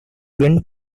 went